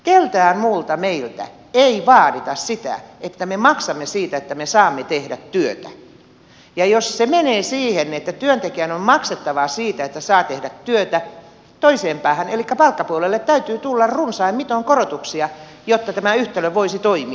keneltäkään muulta meiltä ei vaadita sitä että me maksamme siitä että me saamme tehdä työtä ja jos se menee siihen että työntekijän on maksettava siitä että saa tehdä työtä toiseen päähän elikkä palkkapuolelle täytyy tulla runsain mitoin korotuksia jotta tämä yhtälö voisi toimia